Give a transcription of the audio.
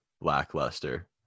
lackluster